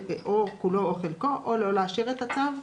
כולו או חלקו, או לא לאשר את הצו,